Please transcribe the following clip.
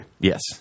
yes